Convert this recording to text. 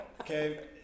Okay